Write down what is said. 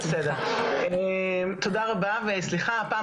כן, תעזרי לה האמת